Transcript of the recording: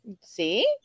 see